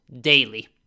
daily